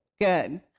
Good